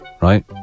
right